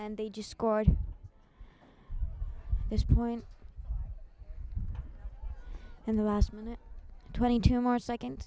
and they just scored this point in the last minute twenty two more second